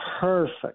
Perfect